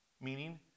meaning